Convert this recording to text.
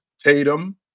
Tatum